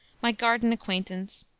my garden acquaintance,